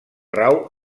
rau